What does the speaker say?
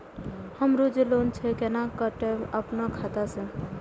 हमरो जे लोन छे केना कटेबे अपनो खाता से?